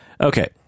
Okay